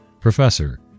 Professor